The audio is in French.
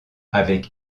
avec